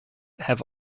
have